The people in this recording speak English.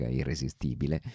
irresistibile